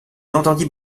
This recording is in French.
entendit